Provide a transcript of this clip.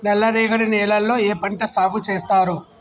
నల్లరేగడి నేలల్లో ఏ పంట సాగు చేస్తారు?